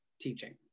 teaching